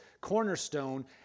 cornerstone